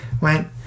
went